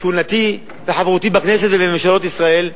כהונתי וחברותי בכנסת ובממשלות ישראל,